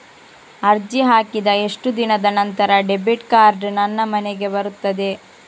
ಅರ್ಜಿ ಹಾಕಿದ ಎಷ್ಟು ದಿನದ ನಂತರ ಡೆಬಿಟ್ ಕಾರ್ಡ್ ನನ್ನ ಮನೆಗೆ ಬರುತ್ತದೆ?